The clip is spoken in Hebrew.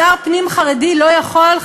שר פנים חרדי לא יכול,